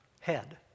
head